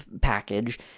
package